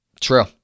True